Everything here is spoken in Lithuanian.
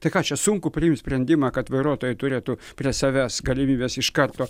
tai ką čia sunku priimt sprendimą kad vairuotojai turėtų prie savęs galimybės iš karto